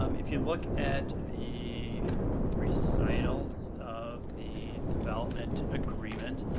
um if you look at the recitals of the development agreement,